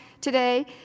Today